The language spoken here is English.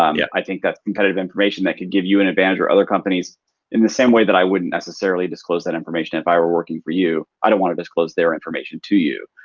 um yeah i think that kind of information that can give you an advantage or other companies in the same way that i wouldn't necessarily disclose that information if i were working for you. i don't wanna disclose their information to you.